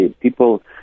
people